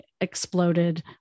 exploded